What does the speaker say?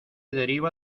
deriva